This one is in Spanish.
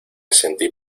sentí